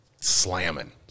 slamming